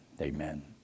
Amen